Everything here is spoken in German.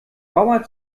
bauer